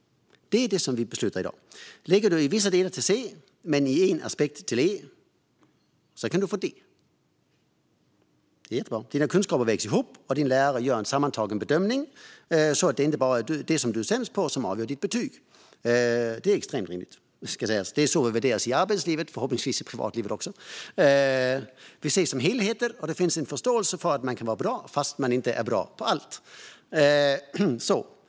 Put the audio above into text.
Det är det vi ska besluta om i dag. Ligger man i vissa delar på C men i en aspekt på E kan man nu få ett D. Det är jättebra. Kunskaperna vägs ihop, och läraren gör en sammantagen bedömning så att det inte bara är det som man är sämst på som avgör betyget. Det är extremt rimligt. Det är så vi värderas i arbetslivet och förhoppningsvis också i privatlivet. Vi ses som helheter, och det finns en förståelse för att man kan vara bra även om man inte är bra på allt.